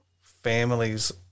families